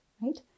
right